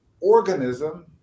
organism